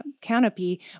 canopy